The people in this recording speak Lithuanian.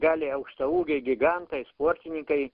gali aukštaūgiai gigantai sportininkai